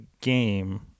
game